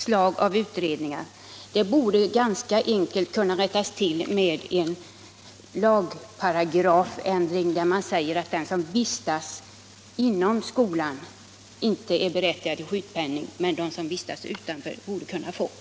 Nuvarande missförhållande borde ganska enkelt ha kunnat rättas till genom en lagändring, inne bärande att den som vistas inom skolan inte är berättigad till sjukpenning, medan den som vistas för vård utom skolan borde kunna få sådan.